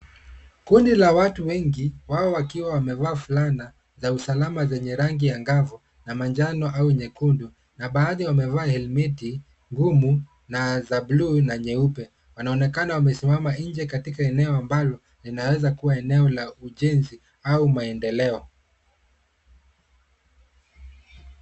Kundi la watu wengi wao wakiwa wamevaa fulana za usalama zenye rangi angavu na manjano au nyekundu na baadhi wamevaa helmeti ngumu na za buluu na nyeupe. Wanaonekana wamesimama nje katika eneo ambalo linaeza kuwa eneo la ujenzi au mendeleo.